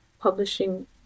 publishing